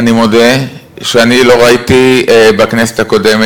אני מודה שאני לא ראיתי בכנסת הקודמת